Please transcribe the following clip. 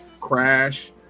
crash